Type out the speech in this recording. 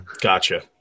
gotcha